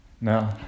no